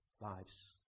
lives